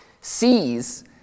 sees